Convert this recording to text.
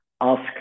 ask